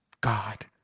God